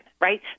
right